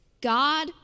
God